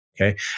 Okay